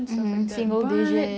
mmhmm single digit